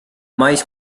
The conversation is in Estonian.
mais